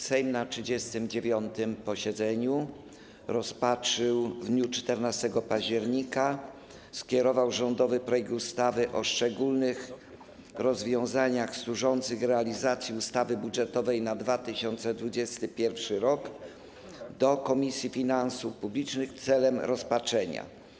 Sejm na 39. posiedzeniu rozpatrzył i w dniu 14 października skierował rządowy projekt ustawy o szczególnych rozwiązaniach służących realizacji ustawy budżetowej na 2022 rok do Komisji Finansów Publicznych celem rozpatrzenia.